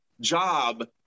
job